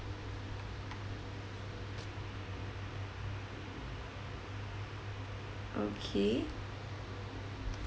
okay